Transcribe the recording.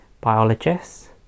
biologists